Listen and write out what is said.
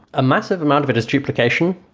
a massive amount of it is duplication.